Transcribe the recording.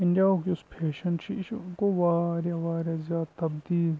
India ہُک یُس fashion چھِ یہِ چھِ یہِ گوٚو واریاہ واریاہ زیادٕ تبدیٖل